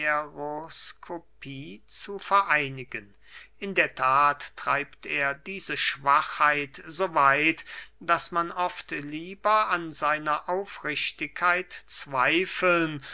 zu vereinigen in der that treibt er diese schwachheit so weit daß man oft lieber an seiner aufrichtigkeit zweifeln